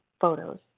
photos